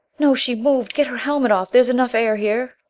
no! she moved! get her helmet off! there's enough air here.